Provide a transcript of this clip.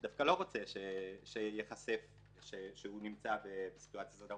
דווקא לא רוצה שייחשף שהוא נמצא בסיטואציה כזו,